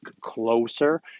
closer